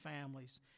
families